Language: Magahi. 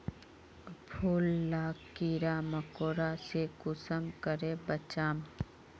फूल लाक कीड़ा मकोड़ा से कुंसम करे बचाम?